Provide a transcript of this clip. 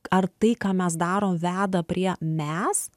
ar tai ką mes darom veda prie mes